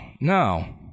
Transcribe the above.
no